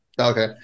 okay